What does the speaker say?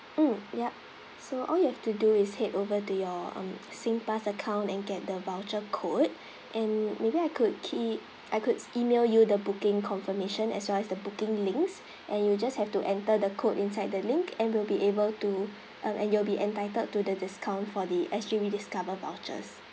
mm yup so all you have to do is head over to your um singpass account and get the voucher code and maybe I could key I could email you the booking confirmation as well as the booking links and you just have to enter the code inside the link and will be able to um and you'll be entitled to the discount for the S_G rediscover vouchers